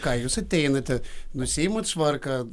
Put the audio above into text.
ką jūs ateinate nusiimat švarką